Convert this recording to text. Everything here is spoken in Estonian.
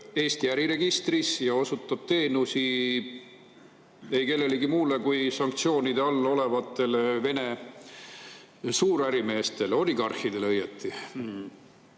Eesti äriregistris ja osutab teenuseid ei kellelegi muule kui sanktsioonide all olevatele Vene suurärimeestele, õieti oligarhidele.